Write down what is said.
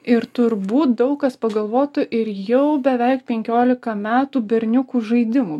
ir turbūt daug kas pagalvotų ir jau beveik penkiolika metų berniukų žaidimų